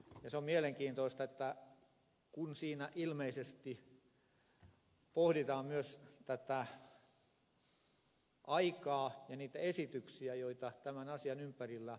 se on mielenkiintoista kun siinä ilmeisesti pohditaan myös tätä aikaa ja niitä esityksiä joita tämän asian ympärillä on tehty